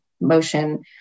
motion